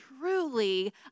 truly